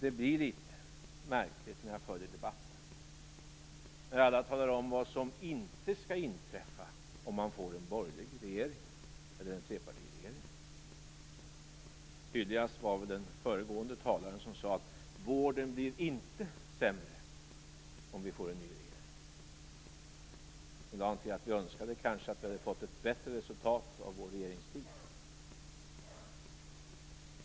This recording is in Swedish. Det låter litet märkligt i debatten när alla talar om vad som inte skall inträffa om vi får en borgerlig trepartiregering. Tydligast var väl den föregående talaren, som sade att vården inte blir sämre om vi får en ny regering.